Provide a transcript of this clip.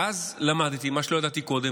ואז למדתי מה שלא ידעתי קודם,